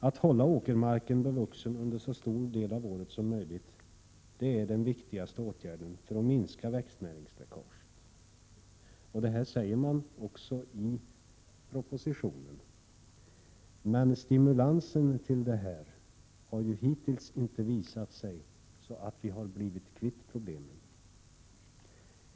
Att hålla åkermarken bevuxen under så stor del av året som möjligt är den viktigaste åtgärden för att minska växtnäringsläckaget. Detta sägs också i propositionen, men stimulansen till detta har hittills uteblivit varför vi inte har blivit kvitt problemet.